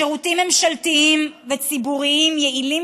שירותים ממשלתיים וציבוריים יעילים